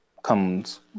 comes